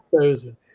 chosen